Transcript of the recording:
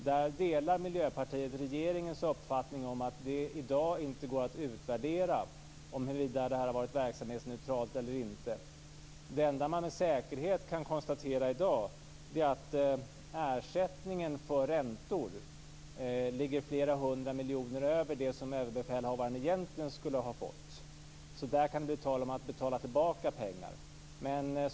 Där delar Miljöpartiet regeringens uppfattning att det i dag inte går att utvärdera huruvida det har varit verksamhetsneutralt eller inte. Det enda man i dag med säkerhet kan konstatera är att ersättningen för räntor ligger flera hundra miljoner över det som överbefälhavaren egentligen skulle ha fått. Där kan det bli tal om att betala tillbaka pengar.